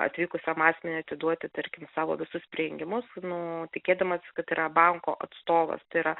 atvykusiam asmeniui atiduoti tarkim savo visus prijungimus nu tikėdamas kad yra banko atstovas tai yra